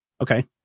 Okay